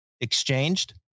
exchanged